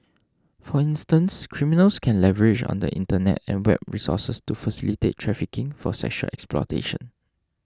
for instance criminals can leverage on the Internet and web resources to facilitate trafficking for sexual exploitation